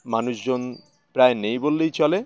মানুষজন প্রায় নেই বললেই চলে